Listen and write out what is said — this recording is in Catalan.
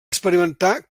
experimentar